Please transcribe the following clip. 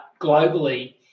globally